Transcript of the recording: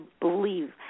believe